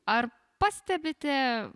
ar pastebite